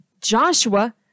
Joshua